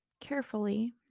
carefully